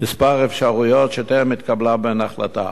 כמה אפשרויות שטרם התקבלה לגביהן החלטה: